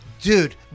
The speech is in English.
Dude